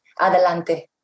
adelante